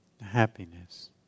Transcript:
happiness